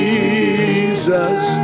Jesus